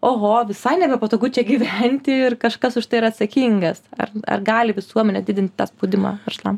oho visai nebepatogu čia gyventi ir kažkas už tai yra atsakingas ar ar gali visuomenė didinti tą spaudimą verslam